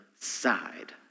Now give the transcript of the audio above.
side